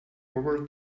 over